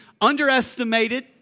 underestimated